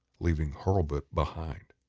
leaving hurlbut behind.